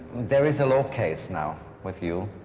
there is a law case now with you.